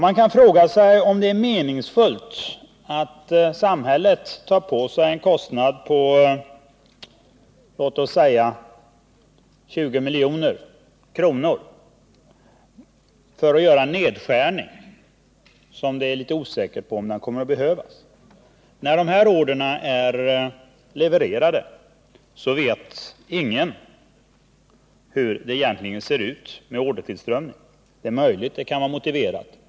Man kan fråga sig om det är meningsfullt att samhället tar på sig en kostnad på låt oss säga 20 milj.kr. för att göra en nedskärning om vilken det är osäkert att den kommer att behövas. När dessa order är levererade, vet ingen hur det egentligen ser ut med ordertillströmningen. Det är möjligt att det kan vara motiverat med en nedskärning.